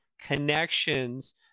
connections